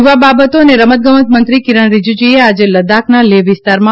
યુવા બાબતો અને રમતગમત મંત્રી કિરણ રીજીજુએ આજે લદ્દાખના લેહ વિસ્તારમાં